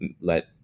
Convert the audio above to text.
let